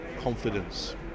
confidence